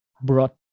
brought